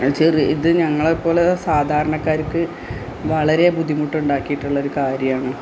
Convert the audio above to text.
ഒരു ചെറു ഇത് ഞങ്ങളെ പോലെ സാധാരണക്കാർക്ക് വളരെ ബുദ്ധിമുട്ടുണ്ടാക്കിയിട്ടുള്ളൊരു കാര്യമാണ്